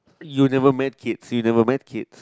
you never met kids you never met kids